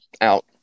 out